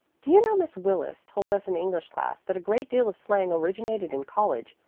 do you know miss willis told us in english class that a great deal of slang originated in college,